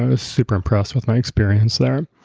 ah super impressed with my experience there